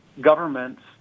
governments